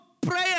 prayer